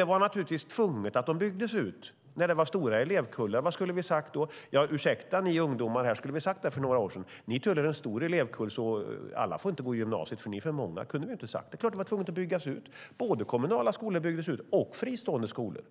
Det var nödvändigt att bygga ut dem när det var stora elevkullar. Vad skulle vi ha sagt? Ja, ursäkta, ni ungdomar, här skulle vi ha satt er för några år sedan, men ni tillhör en stor elevkull, så alla får inte gå i gymnasiet, för ni är för många. Det kunde vi inte säga. Det är klart att vi var tvungna att bygga ut både kommunala skolor och fristående skolor.